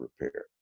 repair